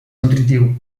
nutritiu